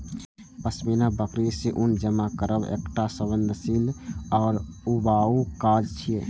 पश्मीना बकरी सं ऊन जमा करब एकटा संवेदनशील आ ऊबाऊ काज छियै